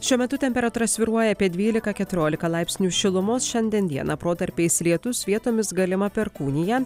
šiuo metu temperatūra svyruoja apie dvylika keturiolika laipsnių šilumos šiandien dieną protarpiais lietus vietomis galima perkūnija